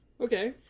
Okay